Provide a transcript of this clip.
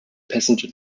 passenger